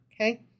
Okay